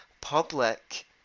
public